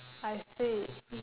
I see